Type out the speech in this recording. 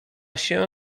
się